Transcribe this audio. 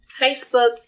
Facebook